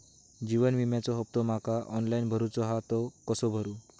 जीवन विम्याचो हफ्तो माका ऑनलाइन भरूचो हा तो कसो भरू?